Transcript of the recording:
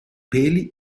peli